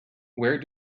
where